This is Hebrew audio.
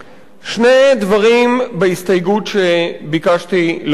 שני דברים בהסתייגות שביקשתי להוסיף לחוק.